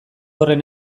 horren